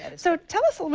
and so tell us ah but